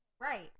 Right